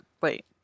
Wait